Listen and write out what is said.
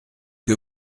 que